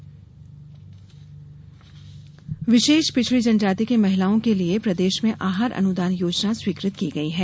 आहार अनुदान विशेष पिछडी जनजाति की महिलाओं के लिये प्रदेश में आहार अनुदान योजना स्वीकृत की गयी है